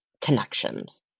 connections